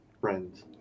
friends